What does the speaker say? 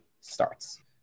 starts